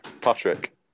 Patrick